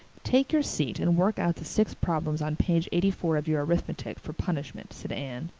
take your seat and work out the six problems on page eighty-four of your arithmetic for punishment, said anne.